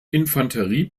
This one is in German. infanterie